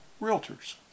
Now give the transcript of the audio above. Realtors